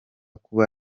kuba